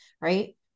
right